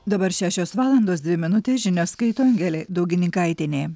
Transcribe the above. dabar šešios valandos dvi minutės žinias skaito angelė daugininkaitienė